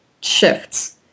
shifts